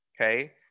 okay